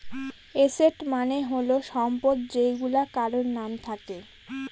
asset মানে হল সম্পদ যেইগুলা কারোর নাম থাকে